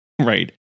Right